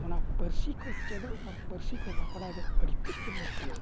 ᱚᱱᱟ ᱯᱟᱹᱨᱥᱤ ᱠᱚ ᱪᱮᱫᱚᱜ ᱟᱨ ᱯᱟᱹᱨᱥᱤᱠᱚ ᱵᱟᱯᱲᱟᱭ ᱫᱚ ᱟᱹᱰᱤ ᱛᱮᱫᱜᱮ ᱞᱮᱹᱠ ᱠᱟᱱᱟ